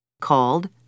called